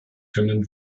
können